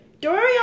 Dorian